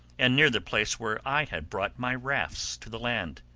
and near the place where i had brought my rafts to the land.